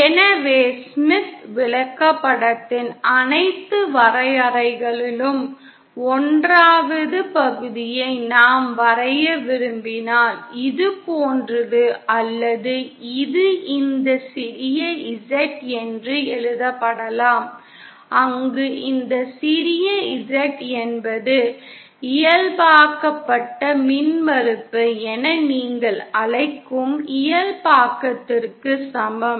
எனவே ஸ்மித் விளக்கப்படத்தின் அனைத்து வரையறைகளிலும் 1 வது பகுதியை நாம் வரைய விரும்பினால் இது போன்றது அல்லது இது இந்த சிறிய Z என்றும் எழுதப்படலாம் அங்கு இந்த சிறிய Z என்பது இயல்பாக்கப்பட்ட மின்மறுப்பு என நீங்கள் அழைக்கும் இயல்பாக்கத்திற்கு சமம்